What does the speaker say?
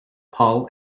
paul